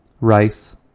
rice